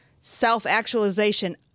self-actualization